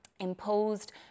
Imposed